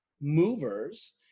movers